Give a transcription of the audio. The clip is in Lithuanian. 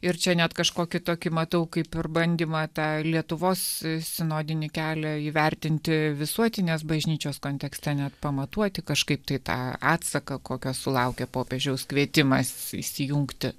ir čia net kažkokį tokį matau kaip ir bandymą tą lietuvos sinodinį kelią įvertinti visuotinės bažnyčios kontekste net pamatuoti kažkaip tai tą atsaką kokio sulaukė popiežiaus kvietimas įsijungti